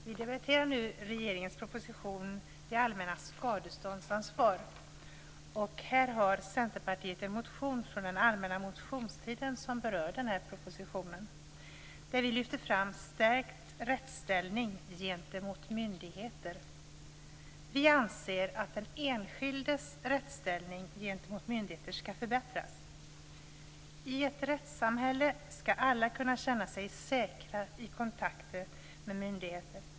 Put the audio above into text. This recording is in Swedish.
Fru talman! Vi debatterar nu propositionen om det allmännas skadeståndsansvar. Centerpartiet har här en motion från den allmänna motionstiden som berör den här propositionen där vi lyfter fram stärkt rättsställning gentemot myndigheter. Vi anser att den enskildes rättsställning gentemot myndigheter skall förbättras. I ett rättssamhälle skall alla kunna känna sig säkra i kontakter med myndigheter.